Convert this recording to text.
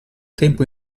tempo